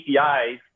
APIs